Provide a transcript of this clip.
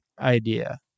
idea